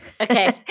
Okay